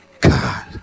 God